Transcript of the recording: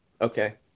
Okay